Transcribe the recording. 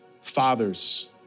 fathers